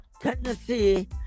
Tennessee